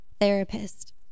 Therapist